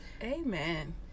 amen